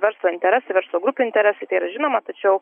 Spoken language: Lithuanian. verslo interesai verslo grupių interesai tai yra žinoma tačiau